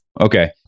Okay